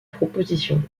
propositions